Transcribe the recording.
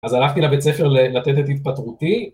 אז הלכתי לבית ספר א... לתת את התפטרות?